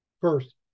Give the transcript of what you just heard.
first